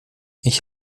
ich